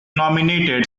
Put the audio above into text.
nominated